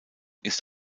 ist